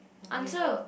answer